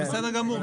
זה בסדר גמור.